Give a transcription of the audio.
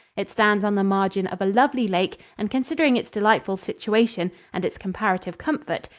it stands on the margin of a lovely lake, and considering its delightful situation and its comparative comfort,